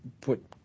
put